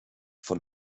von